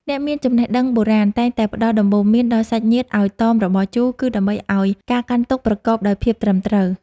អ្នកមានចំណេះដឹងបុរាណតែងតែផ្តល់ដំបូន្មានដល់សាច់ញាតិឱ្យតមរបស់ជូរ គឺដើម្បីឱ្យការកាន់ទុក្ខប្រកបដោយភាពត្រឹមត្រូវ។